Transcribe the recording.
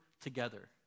together